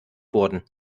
wurden